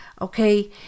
Okay